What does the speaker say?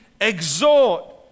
exhort